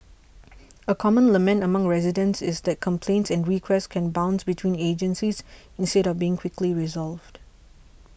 a common lament among residents is that complaints and requests can bounce between agencies instead of being quickly resolved